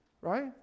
right